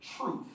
truth